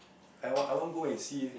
I I want go and see eh